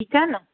ठीकु आहे न